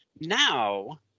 now